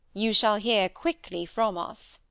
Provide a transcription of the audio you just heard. you shall hear quickly from us.